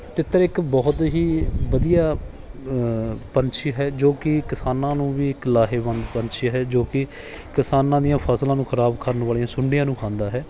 ਤਿੱਤਰ ਇੱਕ ਬਹੁਤ ਹੀ ਵਧੀਆ ਪੰਛੀ ਹੈ ਜੋ ਕਿ ਕਿਸਾਨਾਂ ਨੂੰ ਵੀ ਇੱਕ ਲਾਹੇਵੰਦ ਪੰਛੀ ਹੈ ਜੋ ਕਿ ਕਿਸਾਨਾਂ ਦੀਆਂ ਫਸਲਾਂ ਨੂੰ ਖਰਾਬ ਕਰਨ ਵਾਲੀਆਂ ਸੁੰਡੀਆਂ ਨੂੰ ਖਾਂਦਾ ਹੈ